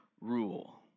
rule